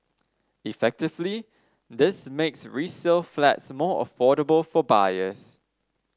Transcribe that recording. effectively this makes resale flats more affordable for buyers